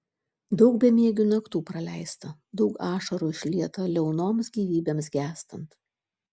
daug bemiegių naktų praleista daug ašarų išlieta liaunoms gyvybėms gęstant